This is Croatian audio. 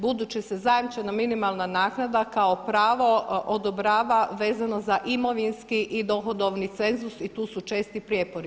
Budući se zajamčena minimalna naknada kao pravo odobrava vezano za imovinski i dohodovni cenzus i tu su česti prijepori.